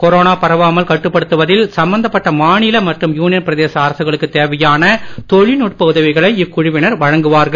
corona பரவாமல் கட்டுப்படுத்துவதில் சம்பந்தப்பட்ட மாநில மற்றும் யூனியன் பிரதேச அரசுகளுக்குத் தேவையான தொழில் நுட்ப உதவிகளை இக்குழுவினர் வழங்குவார்கள்